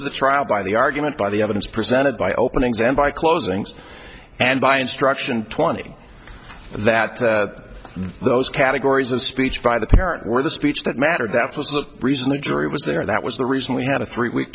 of the trial by the argument by the evidence presented by openings and by closings and by instruction twenty that those categories of speech by the parent were the speech that mattered that was the reason the jury was there that was the reason we had a three week